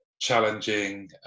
challenging